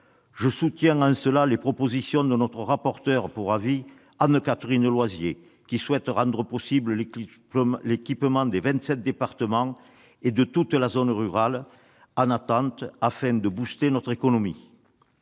Je soutiens les propositions de Mme la rapporteure pour avis Anne-Catherine Loisier, qui souhaite rendre possible l'équipement des vingt-sept départements et de toutes les zones rurales en attente, afin de « booster » notre économie.